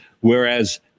whereas